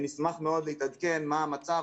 נשמח מאוד להתעדכן מה המצב.